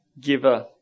giver